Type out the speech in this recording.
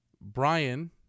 Brian